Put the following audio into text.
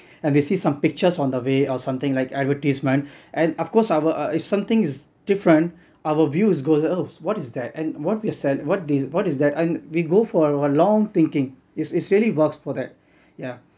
and they see some pictures on the way or something like advertisement and of course our uh if something is different our views goes oh what is that and what we're sell what this what is that and we go for a long thinking it's it's really works for that yeah